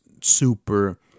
super